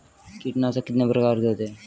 कीटनाशक कितने प्रकार के होते हैं?